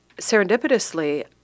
serendipitously